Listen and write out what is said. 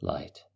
Light